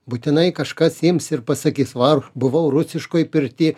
būtinai kažkas ims ir pasakys var buvau rusiškoj pirty